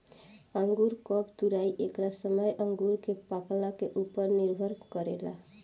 अंगूर कब तुराई एकर समय अंगूर के पाकला के उपर निर्भर करेला